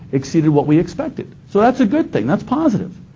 exceeded what we expected. so that's a good thing. that's positive,